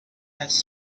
has